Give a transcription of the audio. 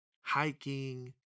hiking